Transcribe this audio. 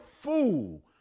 fool